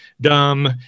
dumb